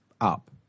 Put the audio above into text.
up